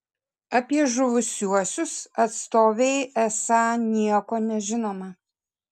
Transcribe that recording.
apie žuvusiuosius atstovei esą nieko nežinoma